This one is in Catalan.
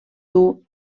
dur